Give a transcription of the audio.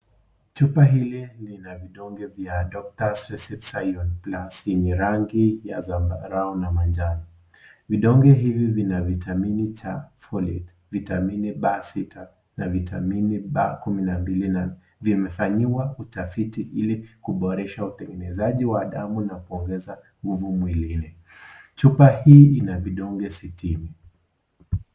Chupa hili vina vidonge vya Doctor's Recipes IRON PLUS yenye rangi ya zambarau na manjano. Vidonge hivi vina Vitamini C, Folate , Vitamini B6 na Vitamini B12 na vimefanyiwa utafiti ili kuboresha utengenezaji wa damu na kuongeza nguvu mwilini. Chupa hii ina vidonge sitini.